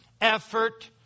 effort